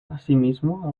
asimismo